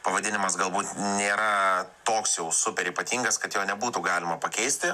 pavadinimas galbūt nėra toks jau super ypatingas kad jo nebūtų galima pakeisti